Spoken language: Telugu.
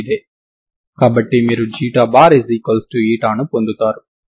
కాబట్టి మీరు ξ ను పొందుతారు